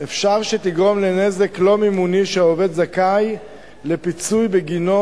אפשר שתגרום לנזק לא ממוני שהעובד זכאי לפיצוי בגינו,